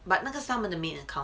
but 那个是他们的 main account